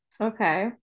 okay